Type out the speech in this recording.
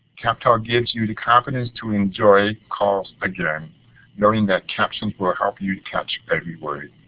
captel gives you the confidence to enjoy calls again knowing that captions will help you catch every word.